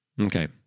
Okay